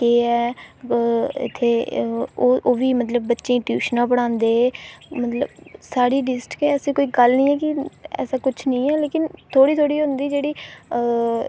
केह् ऐ इत्थें होर ओह्बी मतलब बच्चें गी टयूशनां पढ़ांदे ते मतलब साढ़ी डिस्ट्रिक्ट ऐसी कोई गल्ल निं ऐसा कुछ निं ऐ पर थोह्ड़ी थोह्ड़ी होंदी जेह्ड़ी